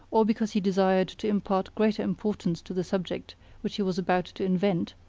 or because he desired to impart greater importance to the subject which he was about to invent,